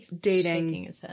dating-